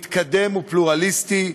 מתקדם ופלורליסטי,